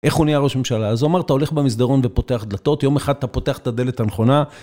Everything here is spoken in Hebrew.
איך הוא נהיה ראש ממשלה? אז הוא אמר, אתה הולך במסדרון ופותח דלתות, יום אחד אתה פותח את הדלת הנכונה...